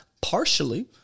Partially